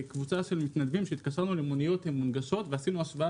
קבוצת מתנדבים התקשרו למוניות מונגשות ועשינו השוואה